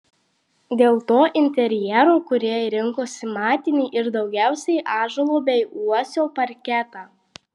dėl to interjero kūrėjai rinkosi matinį ir daugiausiai ąžuolo bei uosio parketą